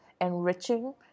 enriching